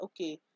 okay